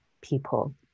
people